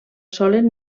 solen